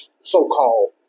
so-called